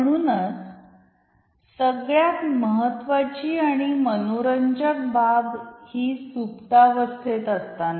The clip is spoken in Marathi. म्हणूनच सगळ्यात महत्त्वाची आणि मनोरंजक बाब ही सुप्तावस्थेत असताना आहे